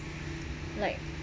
like